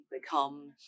become